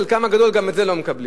חלקן הגדול גם את זה לא מקבלות.